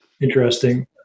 Interesting